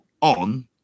on